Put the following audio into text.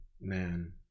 man